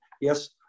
yes